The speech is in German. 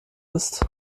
ist